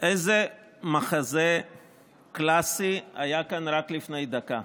איזה מחזה קלאסי היה כאן רק לפני דקה.